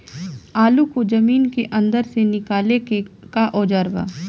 आलू को जमीन के अंदर से निकाले के का औजार बा?